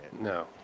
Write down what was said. No